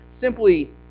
simply